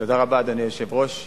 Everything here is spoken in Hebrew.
תודה רבה, אדוני היושב-ראש.